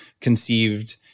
conceived